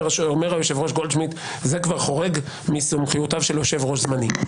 אומר היושב-ראש גולדשמידט: זה כבר חורג מסמכויותיו של יושב-ראש זמני.